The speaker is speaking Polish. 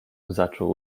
zaczął